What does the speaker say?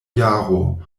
jaro